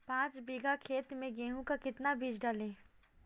पाँच बीघा खेत में गेहूँ का कितना बीज डालें?